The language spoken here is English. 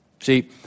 See